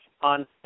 on